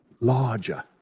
larger